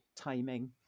timing